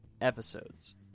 episodes